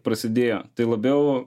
prasidėjo tai labiau